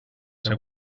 seu